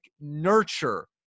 nurture